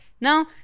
no